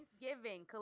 Thanksgiving